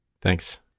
Thanks